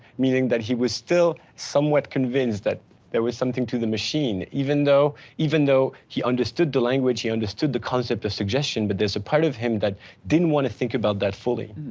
meaning that he was still somewhat convinced that there was something to the machine even though even though he understood the language, he understood the concept of suggestion, but there's a part of him that didn't wanna think about that fully.